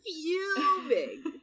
Fuming